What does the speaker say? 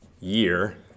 year